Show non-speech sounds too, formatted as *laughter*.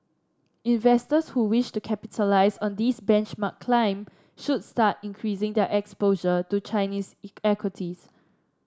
investors who wish to capitalise on this benchmark climb should start increasing their exposure to Chinese *unintelligible* equities